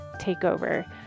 takeover